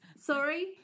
Sorry